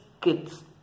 kids